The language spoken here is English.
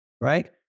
right